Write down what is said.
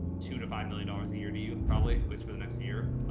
two to five million dollars a year to you and probably at least for the next year.